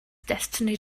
destiny